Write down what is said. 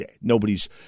nobody's